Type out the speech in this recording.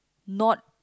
not